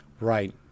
Right